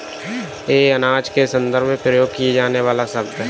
यह अनाज के संदर्भ में प्रयोग किया जाने वाला शब्द है